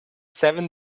seven